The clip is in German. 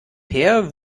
peer